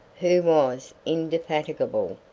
who was indefatigable,